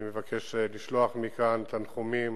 אני מבקש לשלוח מכאן תנחומים